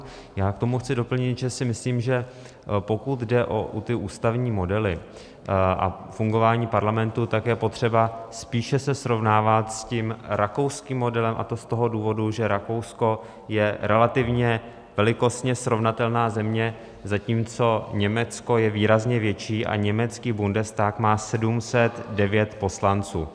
K tomu chci doplnit, že si myslím, že pokud jde o ústavní modely a fungování parlamentu, tak je potřeba spíše se srovnávat s rakouským modelem, a to z toho důvodu, že Rakousko je relativně velikostně srovnatelná země, zatímco Německo je výrazně větší a německý Bundestag má 709 poslanců.